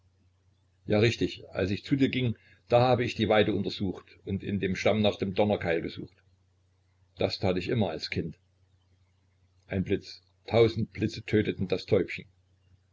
ja richtig als ich zu dir ging da habe ich die weide untersucht und in dem stamm nach dem donnerkeil gesucht das tat ich immer als kind ein blitz tausend blitze töteten das täubchen